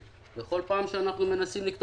כך זה כל פעם שאנחנו מנסים להתקדם וכל